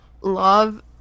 love